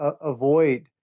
avoid